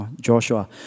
Joshua